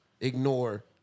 ignore